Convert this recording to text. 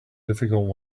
difficult